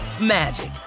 magic